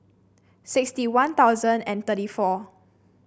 sixty One Thousand and thirty four